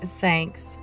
thanks